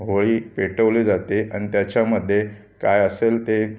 होळी पेटवली जाते आणि त्याच्यामध्ये काय असेल ते